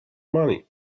money